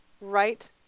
right